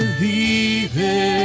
¡Believe